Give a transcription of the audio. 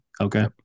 okay